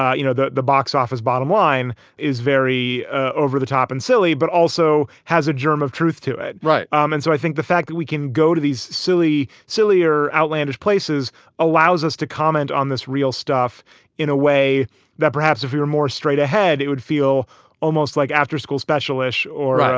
ah you know, the the box office bottom line is very over-the-top and silly, but also has a germ of truth to it. right. um and so i think the fact that we can go to these silly, sillier, outlandish places allows us to comment on this real stuff in a way that perhaps if you're more straight ahead, it would feel almost like after school special ish or,